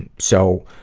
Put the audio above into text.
and so,